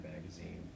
magazine